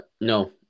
no